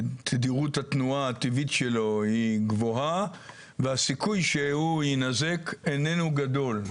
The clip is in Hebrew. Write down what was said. תדירות התנועה הטבעית שלו היא גבוהה והסיכוי שהוא יינזק איננו גדול,